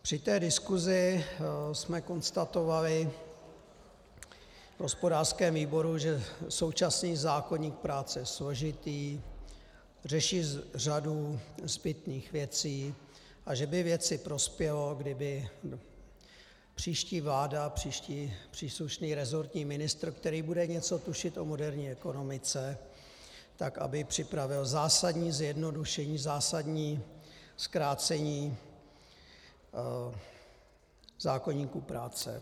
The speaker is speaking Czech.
Při diskuzi jsme konstatovali v hospodářském výboru, že současný zákoník práce je složitý, řeší řadu zbytných věcí a že by věci prospělo, kdyby příští vláda, příští příslušný rezortní ministr, který bude něco tušit o moderní ekonomice, připravil zásadní zjednodušení, zásadní zkrácení zákoníku práce.